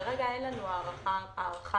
כרגע אין לנו הערכה מספרית.